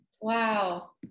Wow